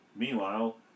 Meanwhile